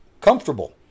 comfortable